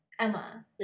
Emma